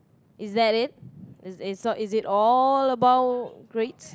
is that it is is is it all about grades